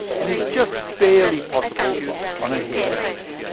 and is just barely possible on a hairy leaf.